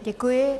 Děkuji.